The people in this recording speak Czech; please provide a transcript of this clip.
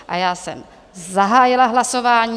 A já jsem zahájila hlasování.